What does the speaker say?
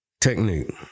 technique